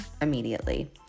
immediately